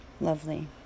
Lovely